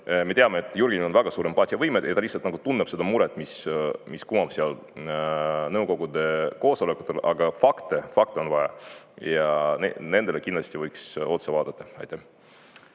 Me teame, et Jürgenil on väga suur empaatiavõime ja ta lihtsalt tunneb seda muret, mis kumab nõukogude koosolekutel. Aga fakte on vaja ja nendele kindlasti võiks otsa vaadata. Evelin